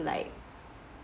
like